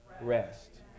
rest